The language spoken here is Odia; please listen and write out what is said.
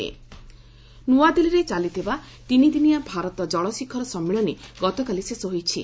ୱାଟର ସମିଟ୍ ନ୍ତଆଦିଲ୍ଲୀରେ ଚାଲିଥିବା ତିନିଦିନିଆ ଭାରତ କଳ ଶିଖର ସମ୍ମିଳନୀ ଗତକାଲି ଶେଷ ହୋଇଛି